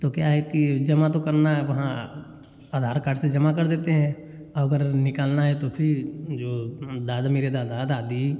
तो क्या है कि जमा तो करना है अब वहाँ आधार कार्ड से जमा कर देते हैं और अगर निकालना है तो फिर जो दादा मेरे दादा दादी